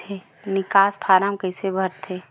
निकास फारम कइसे भरथे?